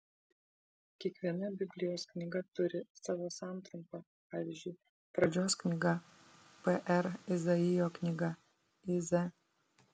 kiekviena biblijos knyga turi savo santrumpą pavyzdžiui pradžios knyga pr izaijo knyga iz